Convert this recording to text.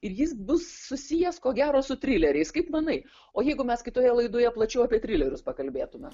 ir jis bus susijęs ko gero su trileriais kaip manai o jeigu mes kitoje laidoje plačiau apie trilerius pakalbėtume